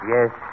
Yes